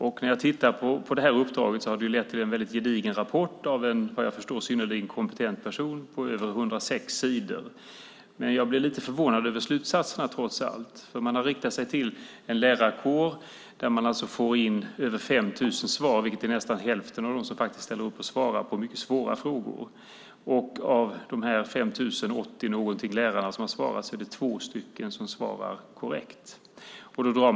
Uppdraget ledde till en gedigen rapport på 106 sidor, gjord av en vad jag förstår synnerligen kompetent person. Jag blir dock lite förvånad över slutsatserna. Man har riktat sig till lärarkåren och fått in över 5 000 svar, vilket är nästan hälften av dem som ställde upp och svarade på mycket svåra frågor. Av de 5 080 lärare som svarade var det två som svarade korrekt på alla frågor.